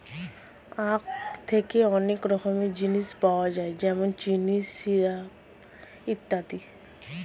আখ থেকে অনেক রকমের জিনিস পাওয়া যায় যেমন চিনি, সিরাপ ইত্যাদি